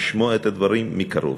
לשמוע את הדברים מקרוב.